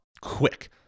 quick